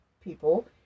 people